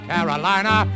Carolina